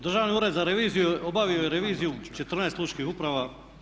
Državni ured za reviziju obavio je reviziju u 14 lučkih uprava.